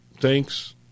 thanks